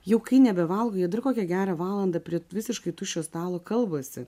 jau kai nebevalgo dar kokią gerą valandą prie visiškai tuščio stalo kalbasi